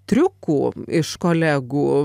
triukų iš kolegų